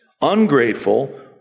ungrateful